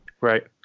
Right